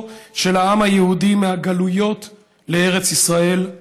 של העם היהודי מהגלויות לארץ ישראל,